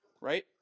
Right